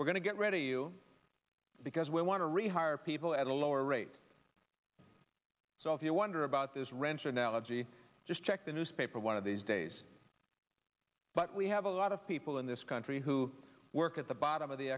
we're going to get ready you because we want to rehire people at a lower rate so if you wonder about this ranch analogy just check the newspaper one of these days but we have a lot of people in this country who work at the bottom of the